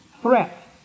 threat